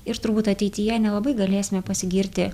ir turbūt ateityje nelabai galėsime pasigirti